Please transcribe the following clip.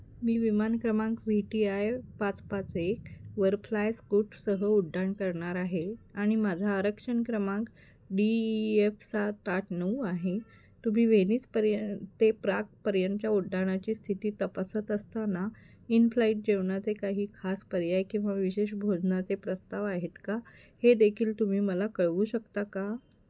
मी विमान क्रमांक V T I पाच पाच एकवर फ्लाय स्कूटसह उड्डाण करणार आहे आणि माझा आरक्षण क्रमांक डी ई एफ सात आठ नऊ आहे तुम्ही वेनीस पर्य ते प्रागपर्यंतच्या उड्डाणाची स्थिती तपासत असताना इन फ्लाईट जेवणाचे काही खास पर्याय किंवा विशेष भोजनाचे प्रस्ताव आहेत का हे देखील तुम्ही मला कळवू शकता का